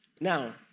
Now